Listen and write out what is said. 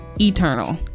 eternal